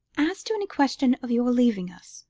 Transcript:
as to any question of your leaving us,